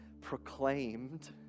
proclaimed